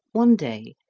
one day,